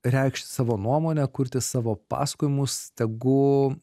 reikšti savo nuomonę kurti savo pasakojimus tegu